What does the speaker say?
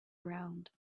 ground